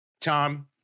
Tom